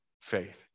faith